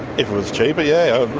it was cheaper, yeah.